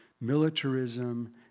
militarism